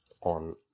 on